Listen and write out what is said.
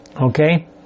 Okay